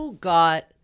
got